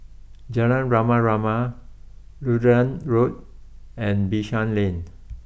Jalan Rama Rama Lutheran Road and Bishan Lane